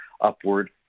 upward